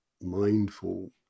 mindful